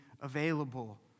available